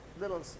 little